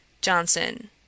JOHNSON